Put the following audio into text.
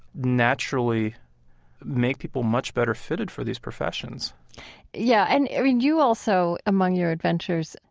naturally make people much better fitted for these professions yeah. and, i mean, you also, among your adventures,